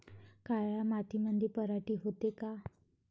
काळ्या मातीमंदी पराटी होते का?